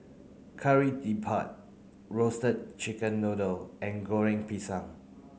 Kari roasted chicken noodle and Goreng Pisang